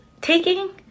taking